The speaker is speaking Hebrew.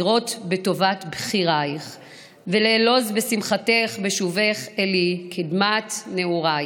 / לראות בטובת בחירייך / ולעלוז בשמ- / חתך בשובך אלי קדמת נעורייך!"